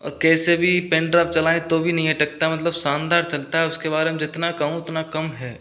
और कैसे भी पेन ड्राइव चलाएं तो भी नहीं अटकता मतलब शानदार चलता है उसके बारे में जितना कहूँ उतना कम है